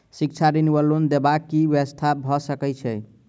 शिक्षा ऋण वा लोन देबाक की व्यवस्था भऽ सकै छै?